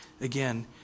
again